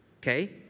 okay